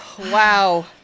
Wow